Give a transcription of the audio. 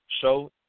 show